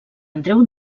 andreu